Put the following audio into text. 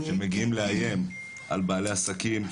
הם מגיעים לאיים על בעלי עסקים,